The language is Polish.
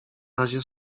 razie